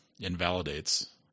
invalidates